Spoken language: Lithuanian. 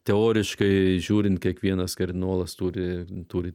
teoriškai žiūrint kiekvienas kardinolas turi turi